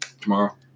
tomorrow